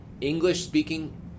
English-speaking